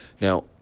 Now